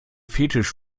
fetisch